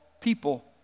people